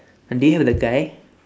do you have the guy